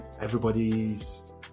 everybody's